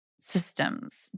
systems